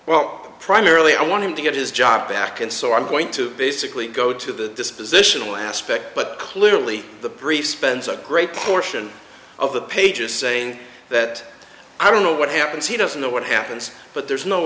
well primarily i wanted to get his job back and so i'm going to basically go to the dispositional aspect but clearly the brief spends a great portion of the pages say that i don't know what happens he doesn't know what happens but there's no